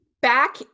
back